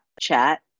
chat